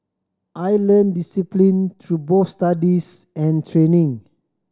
I learnt discipline through both studies and training